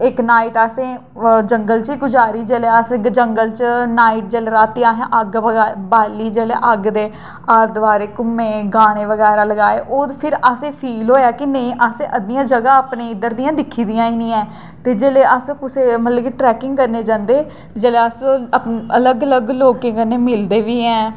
इक नाईट असें जंगल च गुजारी असें जंगल च नाईट असें अग्ग बाल्ली जेल्लै अग्ग दे आलै दोआलै घुम्मे जेल्लै गाना गाया ते ओह् असें फील होआ के अस अद्धियां जगह अपने दिक्खी दी निं है'न ते जेल्लै मतलब अस कुदै ट्रैकिंग करने गी जंदे ते जेल्लै अस अलग अलग लोकें कन्नै मिलदे बी ऐं